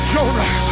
Jonah